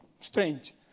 strange